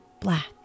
black